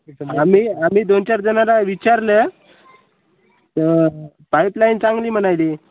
आम्ही आम्ही दोन चार जणाला विचारल्या तर पाईपलाईन चांगली म्हणायली